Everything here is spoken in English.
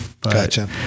Gotcha